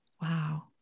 Wow